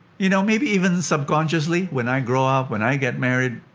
you know, maybe, even subconsciously, when i grow up, when i get married,